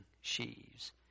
sheaves